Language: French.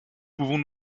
pouvons